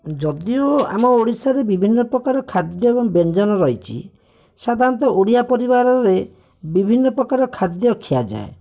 ଯଦିଓ ଆମ ଓଡ଼ିଶାରେ ବିଭିନ୍ନ ପ୍ରକାର ଖାଦ୍ୟ ଏବଂ ବ୍ୟଞ୍ଜନ ରହିଛି ସାଧାରଣତଃ ଓଡ଼ିଆ ପରିବାରରେ ବିଭିନ୍ନ ପ୍ରକାରର ଖାଦ୍ୟ ଖିଆଯାଏ